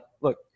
look